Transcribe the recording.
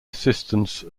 assistance